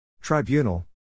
Tribunal